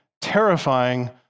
terrifying